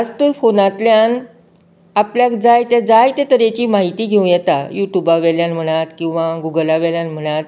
फास्टच फोनांतल्यान आपल्याक जाय तें जाय ते तरेची म्हायती घेवूं येता युट्युबांवेल्यान म्हणात किंवां गुगलावेल्यान म्हणात